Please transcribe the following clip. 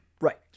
Right